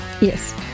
Yes